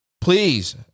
Please